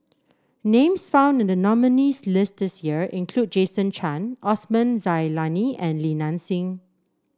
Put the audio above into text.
names found in the nominees' list this year include Jason Chan Osman Zailani and Li Nanxing